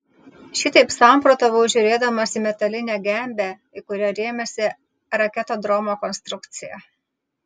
šitaip samprotavau žiūrėdamas į metalinę gembę į kurią rėmėsi raketodromo konstrukcija